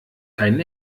keinen